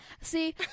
See